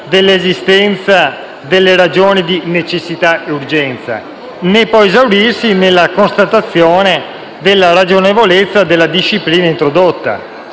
dell'esistenza delle ragioni di necessità ed urgenza, né può esaurirsi nella constatazione della ragionevolezza della disciplina introdotta,